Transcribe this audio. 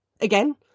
again